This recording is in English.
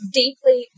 deeply